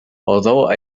although